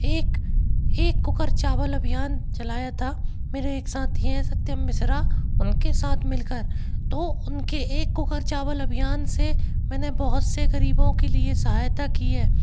एक एक कुकर चावल अभियान चलाया था मेरे एक साथी हैं सत्यम मिश्रा उनके सात मिल कर तो उनके एक कुकर चावल अभियान से मैंने बहुत से ग़रीबों के लिए सहायता की है